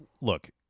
look